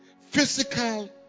physical